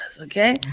okay